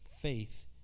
faith